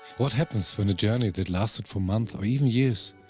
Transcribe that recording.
what happens, when a journey that lasted for month or even years,